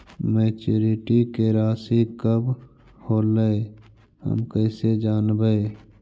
Maturity के रासि कब होलै हम कैसे जानबै?